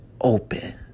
open